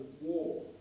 war